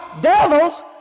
devils